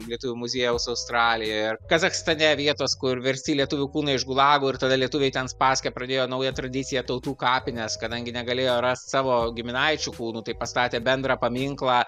lietuvių muziejaus australijoje ar kazachstane vietos kur versti lietuvių kūnai iš gulagų ir tada lietuviai ten spaske pradėjo naują tradiciją tautų kapinės kadangi negalėjo rast savo giminaičių kūnu tai pastatė bendrą paminklą